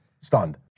Stunned